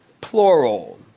plural